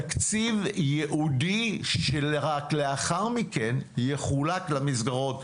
תקציב ייעודי שלאחר מכן יחולק למסגרות,